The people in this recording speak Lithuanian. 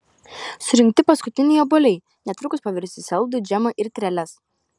surinkti paskutiniai obuoliai netrukus pavirs į saldų džemą ir tyreles